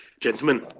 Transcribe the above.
Gentlemen